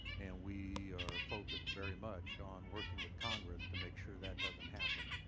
and we are focused very much on working with congress to make sure that doesn't happen.